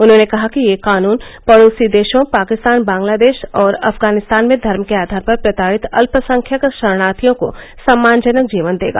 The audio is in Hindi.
उन्होंने कहा कि यह कानून पड़ोसी देशों पाकिस्तान बांग्लादेश और अफगानिस्तान में धर्म के आधार पर प्रताड़ित अल्पसंख्यक शरणार्थियों को सम्मानजनक जीवन देगा